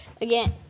Again